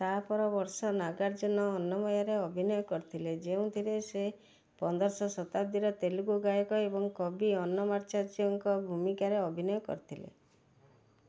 ତା'ପରବର୍ଷ ନାଗାର୍ଜୁନ ଅନ୍ନମୟାରେ ଅଭିନୟ କରିଥିଲେ ଯେଉଁଥିରେ ସେ ପନ୍ଦରଶହ ଶତାବ୍ଦୀର ତେଲୁଗୁ ଗାୟକ ଏବଂ କବି ଅନ୍ନମାଚାର୍ଯ୍ୟଙ୍କ ଭୂମିକାରେ ଅଭିନୟ କରିଥିଲେ